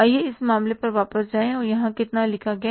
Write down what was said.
आइए हम मामले पर वापस जाएं यहां कितना लिखा गया है